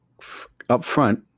upfront